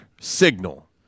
signal